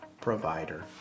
provider